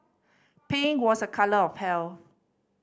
pink was a colour of health